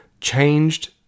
changed